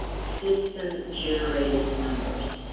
system generated numbers.